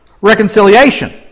reconciliation